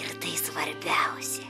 ir tai svarbiausia